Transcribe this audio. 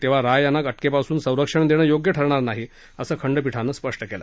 तेव्हा राय यांना अ किपासून संरक्षण देणं योग्य ठरणार नाही असं खंडपीठानं सांगितलं